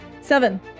Seven